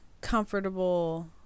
comfortable